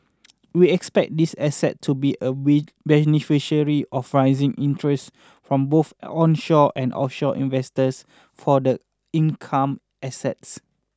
we expect this asset to be a beneficiary of rising interests from both onshore and offshore investors for the income assets